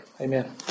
Amen